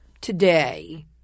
today